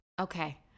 Okay